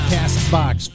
Castbox